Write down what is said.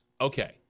Okay